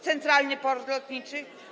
Centralny port lotniczy?